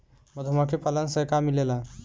मधुमखी पालन से का मिलेला?